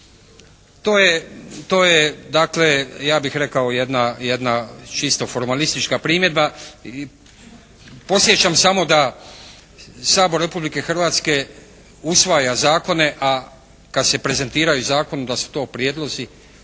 to je dakle ja bih rekao jedna čisto formalistička primjedba i podsjećam samo da Sabor Republike Hrvatske usvaja zakone, a kad se prezentirajuć zakon da su to prijedlozi,